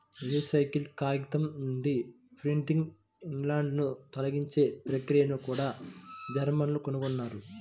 recycle కాగితం నుండి printing ఇంక్లను తొలగించే ప్రక్రియను కూడా జర్మన్లు కనుగొన్నారు